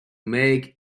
make